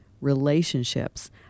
relationships